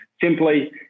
simply